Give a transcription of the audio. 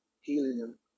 helium